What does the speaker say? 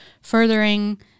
furthering